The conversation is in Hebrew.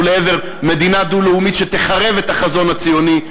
לעבר מדינה דו-לאומית שתחרב את החזון הציוני,